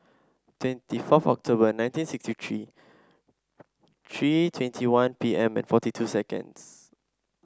twenty fourth October nineteen sixty three three twenty one P M and forty two seconds